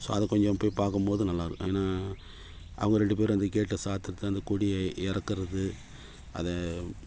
so அதை கொஞ்சம் போய் பாக்கும் போது நல்லா இருக்கும் ஏன்னா அவங்க ரெண்டு பேரும் வந்து கேட்டை சாத்துறது அந்தக் கொடியை இறக்குறது அது